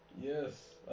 Yes